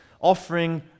offering